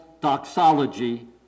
doxology